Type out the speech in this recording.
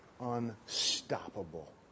Unstoppable